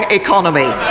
economy